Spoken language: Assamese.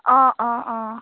অঁ অঁ অঁ